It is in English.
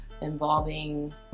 involving